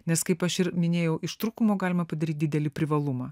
nes kaip aš ir minėjau iš trūkumo galima padaryt didelį privalumą